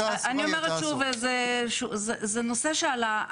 נכון, אבל אני אומרת שוב, זה נושא שעלה.